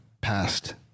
passed